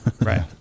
right